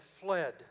fled